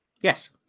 Yes